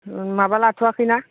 माबा लाथ'आखैना